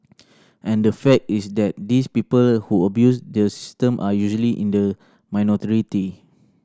and the fact is that these people who abuse the system are usually in the minority